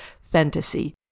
Fantasy